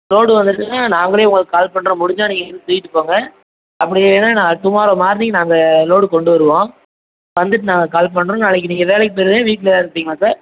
load வந்துட்டுன்னால் நாங்களே உங்களுக்கு கால் பண்ணுறோம் முடிஞ்சா நீங்கள் வந்து தூக்கிட்டுப் போங்க அப்படி இல்லைன்னா நான் டுமாரோ மார்னிங் நாங்கள் லோடு கொண்டு வருவோம் வந்துட்டு நாங்கள் கால் பண்ணுறோம் நாளைக்கு நீங்கள் வேலைக்குப் போயிடுவீங்களா வீட்டில் தான் இருப்பீங்களா சார்